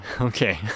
Okay